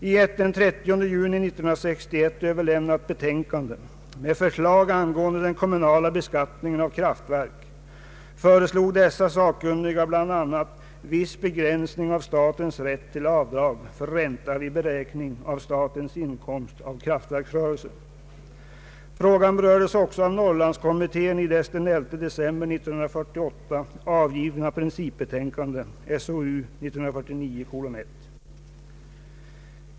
I ett den 30 juni 1961 överlämnat betänkande med förslag angående den kommunala beskattningen av kraftverk föreslog dessa sakkunniga bl.a. viss begränsning av statens rätt till avdrag för ränta vid beräkning av statens inkomst av kraftverksrörelse. Skattelagssakkunnigas förslag har inte föranlett lagstiftningsåtgärder.